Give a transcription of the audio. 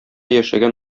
яшәгән